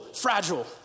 fragile